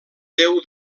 déu